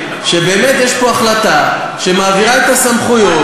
כשבאמת יש פה החלטה שמעבירה את הסמכויות